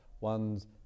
ones